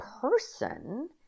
person